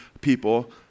people